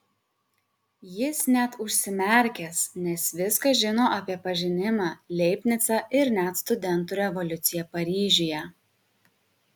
jis net užsimerkęs nes viską žino apie pažinimą leibnicą ir net studentų revoliuciją paryžiuje